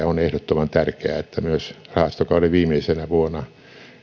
on ehdottoman tärkeää että myös rahastokauden viimeisenä vuonna